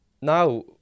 now